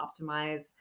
optimize